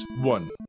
One